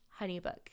honeybook